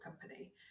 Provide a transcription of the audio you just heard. company